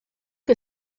que